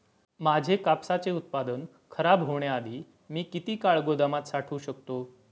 माझे कापसाचे उत्पादन खराब होण्याआधी मी किती काळ गोदामात साठवू शकतो?